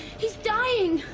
he's dying!